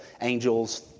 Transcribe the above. angels